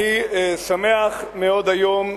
אני שמח מאוד היום,